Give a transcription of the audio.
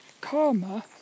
karma